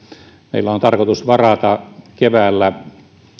meillä on tarkoitus varata keväällä